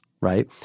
right